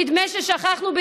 נדמה ששכחנו,